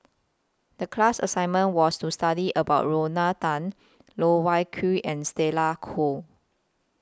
The class assignment was to study about Lorna Tan Loh Wai Kiew and Stella Kon